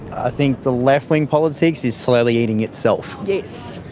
i think the left-wing politics is slowly eating itself. yes.